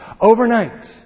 Overnight